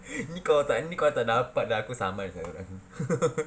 ni kalau tak ni klau tak dapat aku saman sia dorang